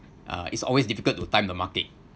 uh it's always difficult to time the market